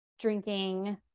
drinking